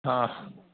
हा हा